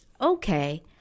Okay